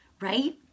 right